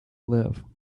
live